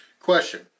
Question